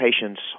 patients